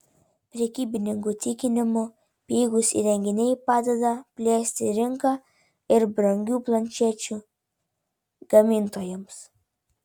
prekybininkų tikinimu pigūs įrenginiai padeda plėsti rinką ir brangių planšečių gamintojams